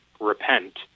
repent